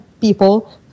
people